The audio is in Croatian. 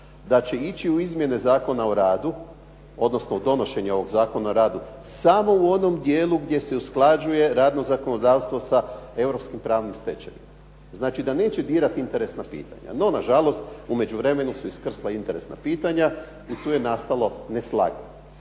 da će ići u izmjene Zakona o radu, odnosno u donošenje ovog Zakona o radu samo u onom dijelu gdje se usklađuje radno zakonodavstvo sa europskim pravnim stečevinama. Znači da neće dirati interesna pitanja. No na žalost u međuvremenu su iskrsla interesna pitanja i tu je nastalo neslaganje.